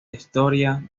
historia